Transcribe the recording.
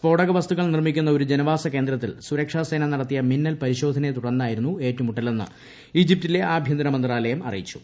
സ്ഫോടക വസ്തുക്കള്ള് നീർമ്മിക്കുന്ന ഒരു ജനവാസ കേന്ദ്രത്തിൽ സുരക്ഷ്ട് സ്നെ നടത്തിയ മിന്നൽ പരിശോധനയെ തുടർന്നായ്ക്കിരുന്നു് ഏറ്റുമുട്ടലെന്ന് ഈജിപ്റ്റിലെ ആഭ്യന്തര മന്ത്രാലയം ആറിയിച്ചു